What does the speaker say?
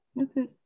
Okay